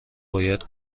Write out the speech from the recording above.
باید